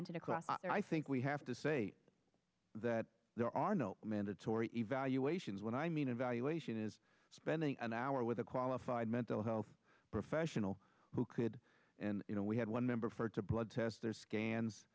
and i think we have to say that there are no mandatory evaluations when i mean evaluation is spending an hour with a qualified mental health professional who could and you know we had one member for blood test there sca